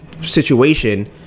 situation